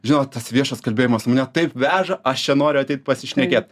žinot tas viešas kalbėjimas mane taip veža aš čia noriu ateit pasišnekėt